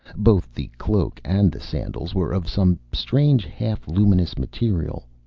both the cloak and the sandals were of some strange half-luminous material.